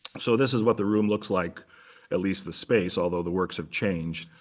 so this is what the room looks like at least the space although the works have changed.